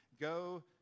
Go